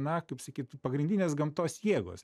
na kaip sakyt pagrindinės gamtos jėgos